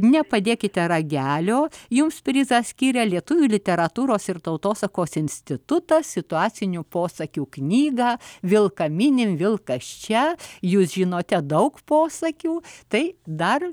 nepadėkite ragelio jums prizą skyrė lietuvių literatūros ir tautosakos institutas situacinių posakių knygą vilką mini vilkas čia jūs žinote daug posakių tai dar